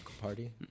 Party